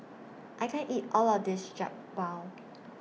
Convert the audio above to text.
I can't eat All of This Jokbal